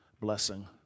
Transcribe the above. blessing